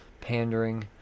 Pandering